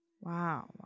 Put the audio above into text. Wow